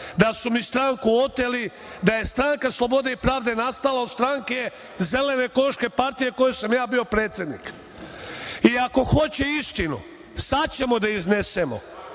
da su mi stranku oteli, da je stranka Slobode i pravde nastala od stranke Zelene ekološke partije, kojoj sam ja bio predsednik. Ako hoće istinu, sad ćemo da je iznesemo.